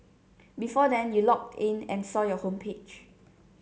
before then you logged in and saw your homepage